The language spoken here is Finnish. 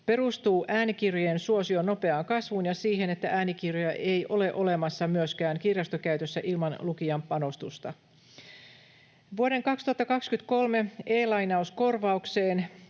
perustuu äänikirjojen suosion nopeaan kasvuun ja siihen, että äänikirjoja ei ole olemassa myöskään kirjastokäytössä ilman lukijan panostusta. Vuoden 2023 e-lainauskorvaukseen